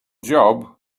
job